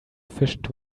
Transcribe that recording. efficient